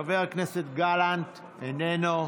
חבר הכנסת גלנט, איננו,